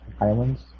islands